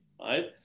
right